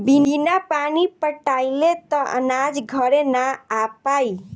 बिना पानी पटाइले त अनाज घरे ना आ पाई